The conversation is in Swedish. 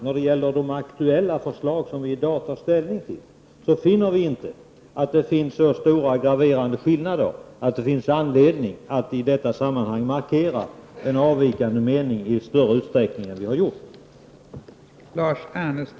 När det gäller de förslag som vi i dag har att ta ställning till har vi funnit att det inte finns så stora graverande skillnader att det är anledning att i detta sammanhang markera en avvikande mening i större utsträckning än vad vad vi har gjort.